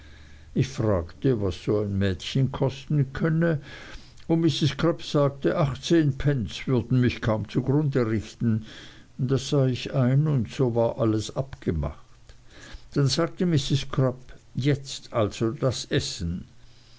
ich fragte was so ein mädchen kosten könne und mrs crupp sagte achtzehn pence würden mich kaum zugrunde richten das sah ich ein und so war alles abgemacht dann sagte mrs crupp jetzt also das essen